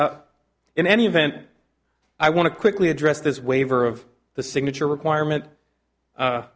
d in any event i want to quickly address this waiver of the signature requirement